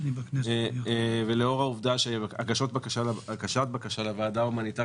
ולאור העובדה שהגשת בקשה לוועדה ההומניטרית